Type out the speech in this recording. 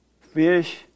fish